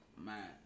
Man